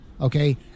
okay